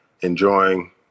enjoying